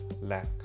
lack